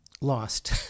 lost